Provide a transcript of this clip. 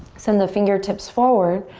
send the fingertips forward.